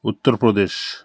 Uttar Pradesh